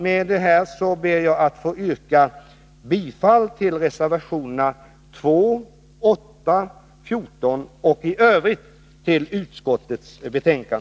Med det anförda ber jag att få yrka bifall till reservationerna 2, 8 och 14 och i övrigt till utskottets hemställan.